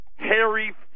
Harry